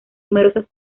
numerosas